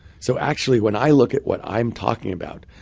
so actually when i look at what i'm talking about,